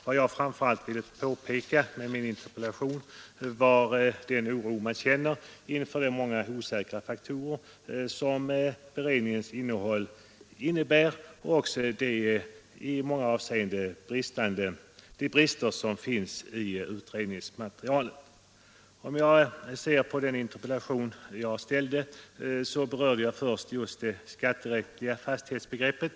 Vad jag framför allt ville peka på med min interpellation var den oro man känner inför de många osäkra faktorerna och bristerna i utredningsmaterialet. Jag har i interpellationen först berört det skatterättsliga fastighetsbegreppet.